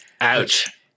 Ouch